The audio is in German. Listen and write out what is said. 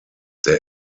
der